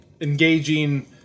engaging